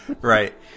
right